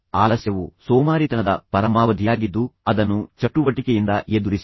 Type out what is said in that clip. ಆದ್ದರಿಂದ ಆಲಸ್ಯವು ಸೋಮಾರಿತನದ ಪರಮಾವಧಿಯಾಗಿದ್ದು ಅದನ್ನು ಚಟುವಟಿಕೆಯಿಂದ ಎದುರಿಸಿ